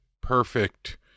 perfect